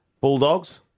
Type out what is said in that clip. Bulldogs